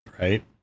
Right